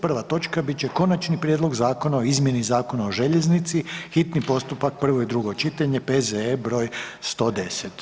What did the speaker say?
Prva točka bit će Konačni prijedlog zakona o izmjeni Zakona o željeznici, hitni postupak, prvo i drugo čitanje, P.Z.E. br. 110.